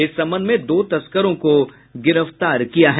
इस संबंध में दो तस्करों को गिरफ्तार किया है